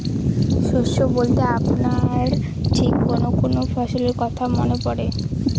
শস্য বলতে আপনার ঠিক কোন কোন ফসলের কথা মনে পড়ে?